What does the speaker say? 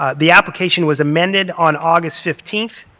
the application was amended on august fifteenth.